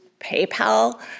PayPal